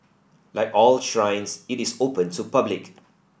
like all shrines it is open to public